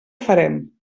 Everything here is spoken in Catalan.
farem